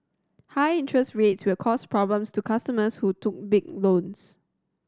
high interest rates will cause problems to customers who took big loans